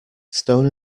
stone